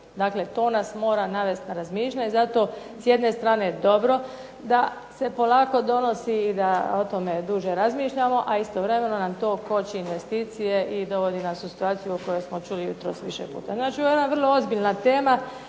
Dakle, to nas mora navesti na razmišljanje. Zato je s jedne strane je dobro da se polako donosi i da se dulje o tome razmišlja, a istovremeno nam to koči investicije i dovodi nas u situaciju o kojoj smo čuli jutros više puta. Ovo je vrlo ozbiljna tema